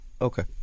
Okay